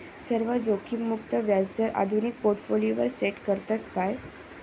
सर्व जोखीममुक्त व्याजदर आधुनिक पोर्टफोलियोवर सेट करतत काय?